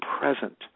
present